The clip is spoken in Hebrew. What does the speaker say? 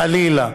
חלילה,